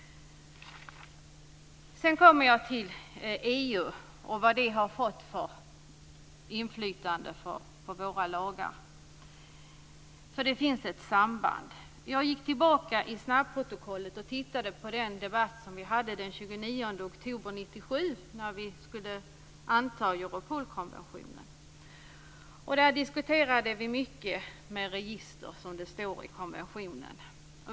Sedan kommer jag till frågan om EU och vad det har fått för inflytande över våra lagar. Det finns ju ett samband i det avseendet. Jag har gått tillbaka i snabbprotokollen och tittat på den debatt som vi hade den 29 oktober 1997, alltså när vi skulle anta Europolkonventionen. Vi diskuterade då mycket om register så som det står i konventionen.